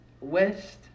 West